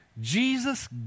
Jesus